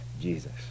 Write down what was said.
Jesus